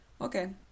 Okay